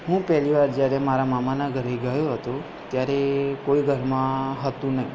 હું પહેલી વાર જ્યારે મારા મામાના ઘરે ગયો હતો ત્યારે કોઈ ઘરમાં હતું નહીં